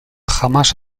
jamás